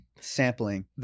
sampling